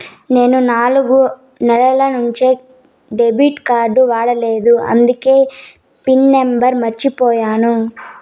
నేను నాలుగు నెలల నుంచి డెబిట్ కార్డ్ వాడలేదు అందికే పిన్ నెంబర్ మర్చిపోయాను